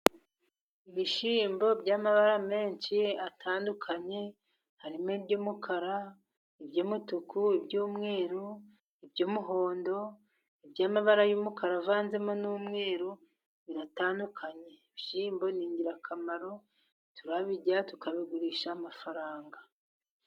Ibishyimbo by'amabara menshi atandukanye, harimo iby'umukara, iby'umutuku, iby'umweru, iby'umuhondo, iby'amabara y'umukara, avanzemo n'umweru biratandukanye, ibishyimbo ni ingirakamaro turabirya tukabigurisha amafaranga.